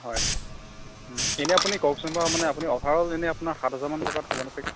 হয় এনে আপুনি কওকচোন বাৰু মানে আপুনি অভাৰঅল এনেই আপোনাৰ সাত হেজাৰ মান টকাত হ'বনে চাগে